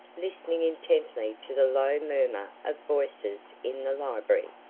listening intently to the low murmur of voices in the library.